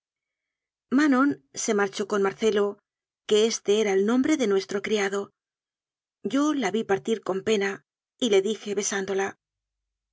manon se marchó con marcelo que éste era el nombre de nuestro criado yo la vi partir con pena y le dije besándola